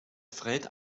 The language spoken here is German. fred